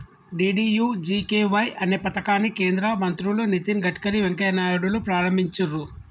DDUGKY అనే పథకాన్ని కేంద్ర మంత్రులు నితిన్ గడ్కరీ, వెంకయ్య నాయుడులు ప్రారంభించిర్రు